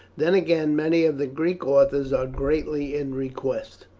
then again many of the greek authors are greatly in request.